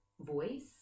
voice